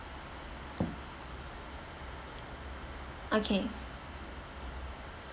okay